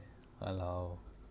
!walao!